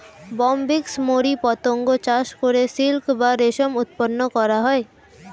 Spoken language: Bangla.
বম্বিক্স মরি পতঙ্গ চাষ করে সিল্ক বা রেশম উৎপন্ন করা হয়